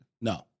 No